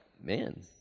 man